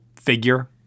figure